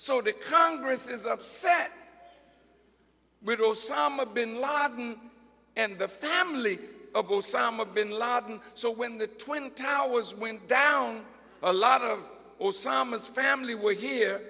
so the congress is upset with osama bin laden and the family of osama bin laden so when the twin towers went down a lot of osama's family were here